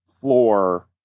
floor